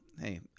hey